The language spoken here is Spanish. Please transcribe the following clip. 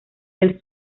del